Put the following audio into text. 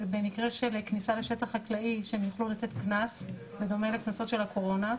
ובמקרה של כניסה לשטח חקלאי שהם יוכלו לתת קנס בדומה לקנסות של הקורונה,